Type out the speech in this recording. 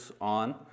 on